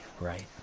Right